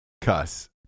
Cuss